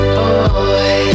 boy